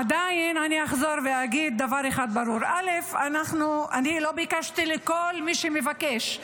עדיין אני אחזור ואגיד דבר אחד ברור: אני לא ביקשתי לכל מי שמבקש.